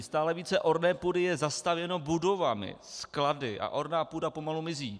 Stále více orné půdy je zastavěno budovami, sklady a orná půda pomalu mizí.